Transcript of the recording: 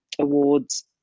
awards